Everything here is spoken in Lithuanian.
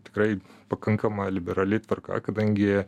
tikrai pakankama liberali tvarka kadangi